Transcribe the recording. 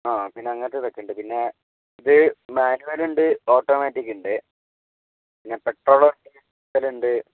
ആ പിന്നെ അങ്ങനെത്തേത് ഒക്കെ ഉണ്ട് പിന്നെ ഇത് മാനുവല് ഉണ്ട് ഓട്ടോമാറ്റിക്ക് ഉണ്ട് പിന്നെ പെട്രോള് ഡീസല് ഉണ്ട്